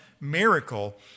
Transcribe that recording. miracle